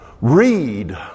read